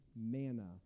manna